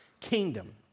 kingdom